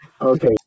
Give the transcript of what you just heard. okay